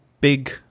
big